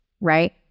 right